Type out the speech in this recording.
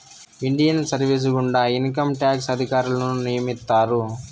Indian service గుండా income tax అధికారులను నియమిత్తారు